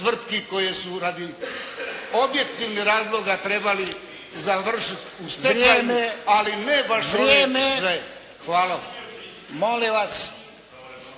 tvrtki koje su radi objektivnih razloga trebali završiti u stečaju, ali ne baš sve. Hvala.